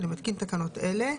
אני מתקין תקנות אלה: